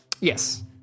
Yes